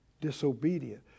disobedient